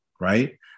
Right